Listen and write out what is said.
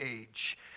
age